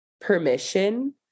permission